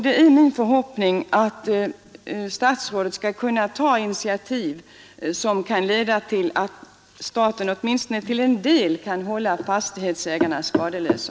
Det är min förhoppning att statsrådet skall kunna ta initiativ som leder till att staten åtminstone till en del kan hålla fastighetsägarna skadeslösa.